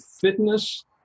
fitness